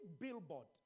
billboard